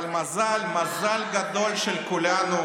אבל מזל, מזל גדול של כולנו,